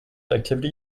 activity